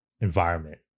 environment